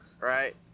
right